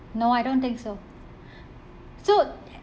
no I don't think so so